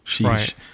Right